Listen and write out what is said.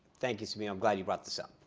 thank you, sabine. i'm glad you brought this up.